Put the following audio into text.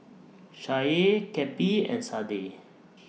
Shae Cappie and Sadye